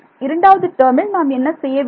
இரண்டாவது டேர்மில் நாம் என்ன செய்ய வேண்டும்